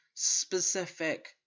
specific